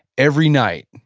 every night,